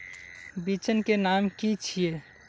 बिचन के नाम की छिये?